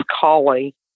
collie